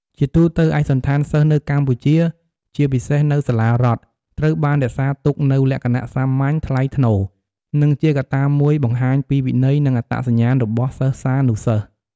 ជាទូទៅ ឯកសណ្ឋានសិស្សនៅកម្ពុជា ជាពិសេសនៅសាលារដ្ឋ ត្រូវបានរក្សាទុកនូវលក្ខណៈសាមញ្ញ ថ្លៃថ្នូរ និងជាកត្តាមួយបង្ហាញពីវិន័យ និងអត្តសញ្ញាណរបស់សិស្សានុសិស្ស។